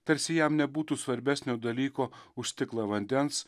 tarsi jam nebūtų svarbesnio dalyko už stiklą vandens